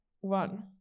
one